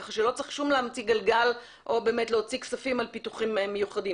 כך שלא צריך להמציא שום גלגל או באמת להוציא כספים על פיתוחים מיוחדים.